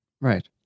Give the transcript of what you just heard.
Right